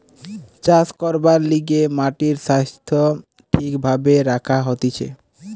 চাষ করবার লিগে মাটির স্বাস্থ্য ঠিক ভাবে রাখা হতিছে